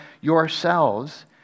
yourselves